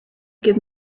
give